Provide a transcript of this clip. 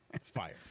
fire